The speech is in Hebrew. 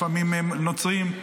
לפעמים נוצרים,